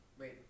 wait